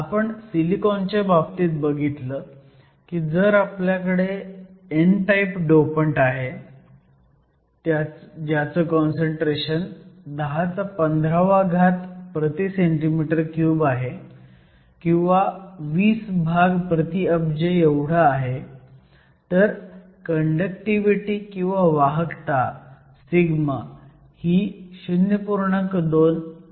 आपण सिलिकॉनच्या बाबतीत बघितलं की जर आपल्याकडे n टाईप डोपंट आहे ज्याचं काँसंट्रेशन 1015 cm 3 आहे किंवा 20 भाग प्रतिअब्ज एवढं आहे तर कंडक्टिव्हिटी किंवा वाहकता सिगमा ही 0